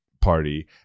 party